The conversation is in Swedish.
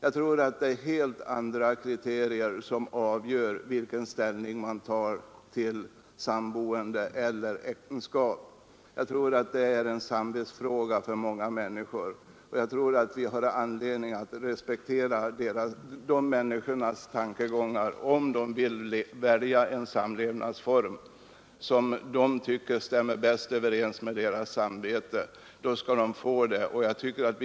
Jag tror att det är helt andra kriterier som avgör vilken ställning man tar till samboende eller äktenskap. Jag tror att det är en samvetsfråga för många människor, och vi har anledning att respektera de människornas tankegångar. Om de vill välja den samlevnadsform som de tycker stämmer bäst överens med deras samvete skall de få göra det.